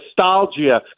nostalgia